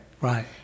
Right